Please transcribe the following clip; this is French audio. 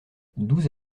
douze